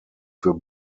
für